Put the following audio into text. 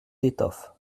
d’étoffes